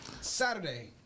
Saturday